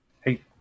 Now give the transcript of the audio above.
Hey